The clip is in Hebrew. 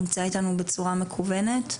נמצא אתנו בצורה מקוונת,